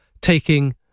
taking